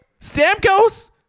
Stamkos